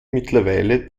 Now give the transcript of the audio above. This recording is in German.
mittlerweile